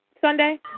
Sunday